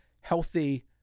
healthy